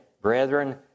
brethren